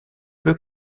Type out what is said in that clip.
peu